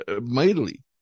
mightily